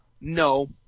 No